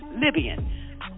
Libyan